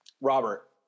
Robert